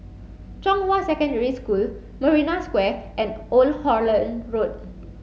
Zhonghua Secondary School Marina Square and Old Holland Road